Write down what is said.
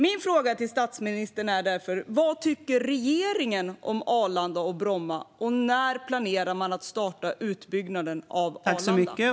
Min fråga till statsministern är därför: Vad tycker regeringen om Arlanda och Bromma, och när planerar man att starta utbyggnaden av Arlanda?